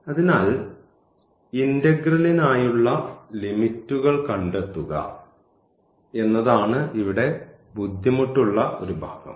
അതിനാൽ ഇന്റഗ്രലിനായുള്ള ലിമിറ്റ്കൾ കണ്ടെത്തുക എന്നതാണ് ഇവിടെ ബുദ്ധിമുട്ടുള്ള ഭാഗം